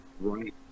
Right